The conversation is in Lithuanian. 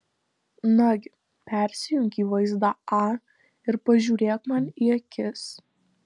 nagi persijunk į vaizdą a ir pažiūrėk man į akis